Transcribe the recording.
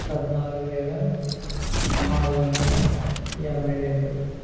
పద్నాలుగు వేల ఆరువందల ఎనభై రెండు